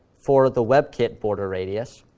for the webkit border radius,